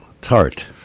tart